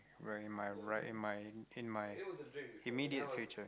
wearing my ri~ in my in my in my immediate future